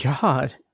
god